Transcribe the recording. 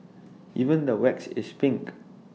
even the wax is pink